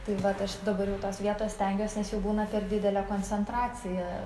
tai va aš dabar jau tos vietos stengiuosi nes jau būna per didelė koncentracija